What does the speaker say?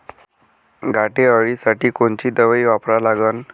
घाटे अळी साठी कोनची दवाई वापरा लागन?